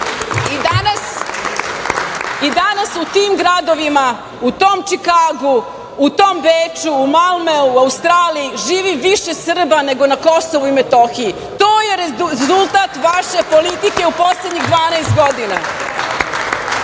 Danas u tim gradovima, u tom Čikagu, u tom Beču, u Malmeu, u Australiji živi više Srba neko na Kosovu i Metohiji. To je rezultat vaše politike u poslednjih 12 godina. Kakvi